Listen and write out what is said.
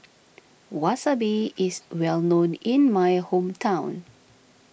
Wasabi is well known in my hometown